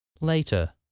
later